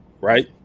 Right